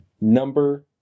number